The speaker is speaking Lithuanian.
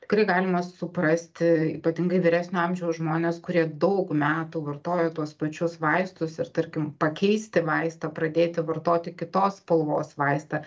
tikrai galima suprasti ypatingai vyresnio amžiaus žmones kurie daug metų vartojo tuos pačius vaistus ir tarkim pakeisti vaistą pradėti vartoti kitos spalvos vaistą